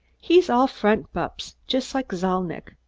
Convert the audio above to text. he's all front, bupps just like zalnitch.